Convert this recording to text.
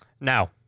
now